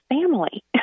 family